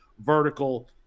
vertical